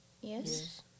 Yes